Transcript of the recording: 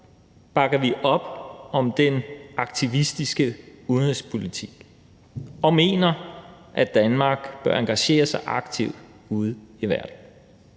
bakker vi op om den aktivistiske udenrigspolitik og mener, at Danmark bør engagere sig aktivt ude i verden.